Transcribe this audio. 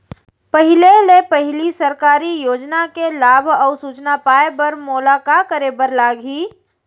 पहिले ले पहिली सरकारी योजना के लाभ अऊ सूचना पाए बर मोला का करे बर लागही?